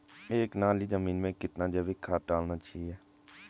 एक नाली जमीन में कितना जैविक खाद डालना चाहिए?